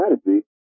strategy